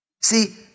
See